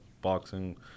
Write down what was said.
Boxing